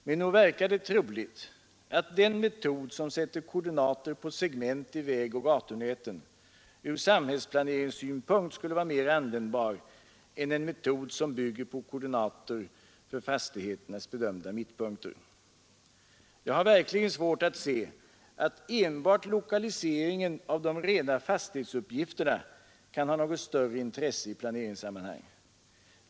Men nog verkar det troligt, att den metod som sätter koordinater på segment i vägoch gatunäten ur samhällsplaneringssynpunkt skulle vara mera användbar än en metod, som bygger på koordinater för fastigheternas bedömda mittpunkter. Jag har verkligen svårt att se att enbart lokalisering av de rena fastighetsuppgifterna kan ha något större intresse i planeringssammanhang.